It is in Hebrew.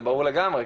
זה ברור לגמרי.